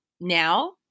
now